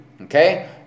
Okay